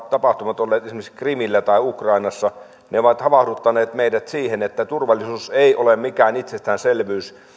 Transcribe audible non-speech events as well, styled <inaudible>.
<unintelligible> tapahtumat esimerkiksi krimillä tai ukrainassa ovat havahduttaneet meidät siihen että turvallisuus ei ole mikään itsestäänselvyys